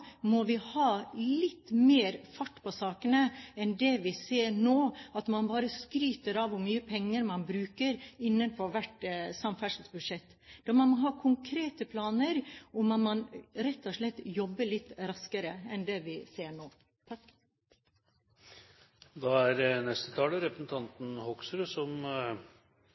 må vi ta inn over oss, og da må vi få litt mer fart på sakene enn det vi ser nå, når man bare skryter av hvor mye penger man bruker innenfor hvert samferdselsbudsjett. Man må ha konkrete planer, og man må rett og slett jobbe litt raskere enn det vi gjør nå.